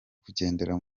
kugendera